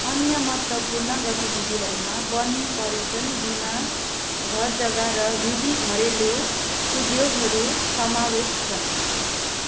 अन्य महत्त्वपूर्ण गतिविधिहरूमा वन पर्यटन बिमा घरजग्गा र विधि घरेलु उद्योगहरू समावेश छन्